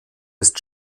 ist